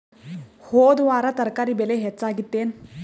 ಹೊದ ವಾರ ತರಕಾರಿ ಬೆಲೆ ಹೆಚ್ಚಾಗಿತ್ತೇನ?